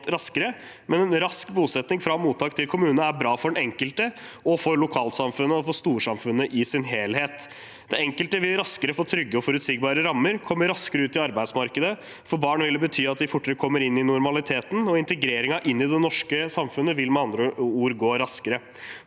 raskere. En rask bosetting fra mottak til kommune er bra for den enkelte, for lokalsamfunnet og for storsamfunnet i sin helhet. Den enkelte vil raskere få trygge og forutsigbare rammer og komme raskere ut i arbeidsmarkedet. For barn vil det bety at de fortere kommer inn i normaliteten, og integreringen inn i det norske samfunnet vil med andre ord gå raskere.